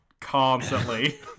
constantly